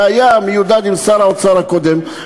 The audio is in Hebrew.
והיה מיודד עם שר האוצר הקודם,